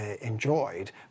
enjoyed